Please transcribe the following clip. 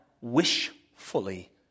wishfully